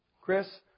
Chris